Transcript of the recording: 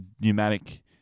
pneumatic